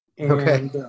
Okay